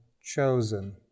chosen